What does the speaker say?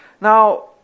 Now